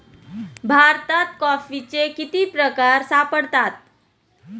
भारतात कॉफीचे किती प्रकार सापडतात?